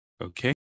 Okay